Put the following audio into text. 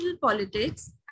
politics